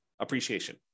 appreciation